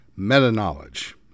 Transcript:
Meta-knowledge